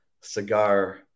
cigar